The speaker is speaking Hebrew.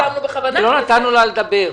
לא נתנו לה לדבר.